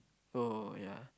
oh ya